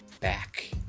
back